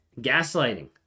gaslighting